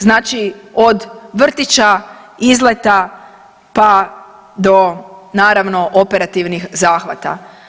Znači, od vrtića, izleta pa do naravno, operativnih zahvata.